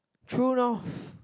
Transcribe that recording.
true north